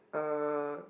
uh